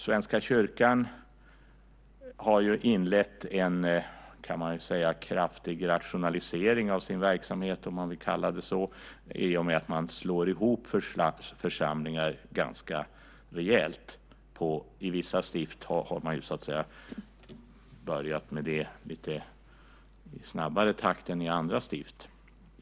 Svenska kyrkan har inlett en kraftig rationalisering av sin verksamhet, om man vill kalla det så, i och med att man slår ihop församlingar. I vissa stift har man börjat med det i snabbare takt än i andra stift.